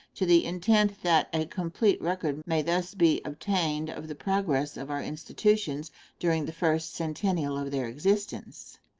to the intent that a complete record may thus be obtained of the progress of our institutions during the first centennial of their existence.